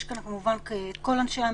יש כאן כמובן כל אנשי המקצוע.